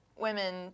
women